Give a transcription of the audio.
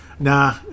Nah